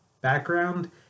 background